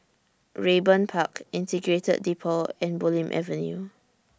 Raeburn Park Integrated Depot and Bulim Avenue